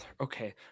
Okay